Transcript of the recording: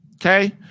Okay